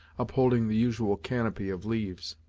upholding the usual canopy of leaves.